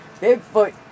Bigfoot